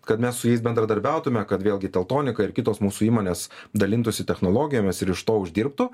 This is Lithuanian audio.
kad mes su jais bendradarbiautume kad vėlgi teltonikai ir kitos mūsų įmonės dalintųsi technologijomis ir iš to uždirbtų